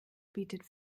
bietet